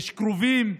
יש קרובים,